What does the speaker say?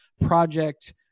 project